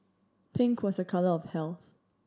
pink was a colour of health